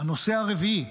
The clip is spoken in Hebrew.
הנושא הרביעי: